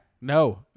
No